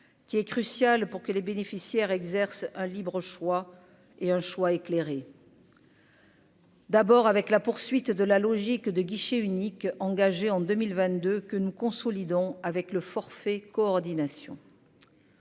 qui est crucial pour que les bénéficiaires exerce un libre choix et un choix éclairé. D'abord avec la poursuite de la logique de guichet unique, engagé en 2022 que nous consolidons avec le forfait coordination.